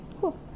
cool